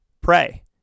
pray